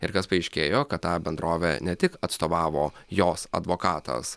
ir kas paaiškėjo kad tą bendrovę ne tik atstovavo jos advokatas